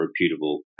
reputable